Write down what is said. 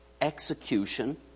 execution